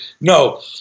No